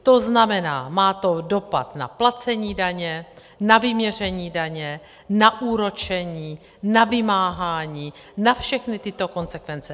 To znamená, má to dopad na placení daně, na vyměření daně, na úročení, na vymáhání, na všechny tyto konsekvence.